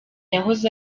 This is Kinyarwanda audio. yahoze